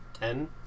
Ten